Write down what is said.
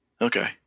Okay